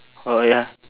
oh ya